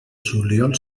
juliol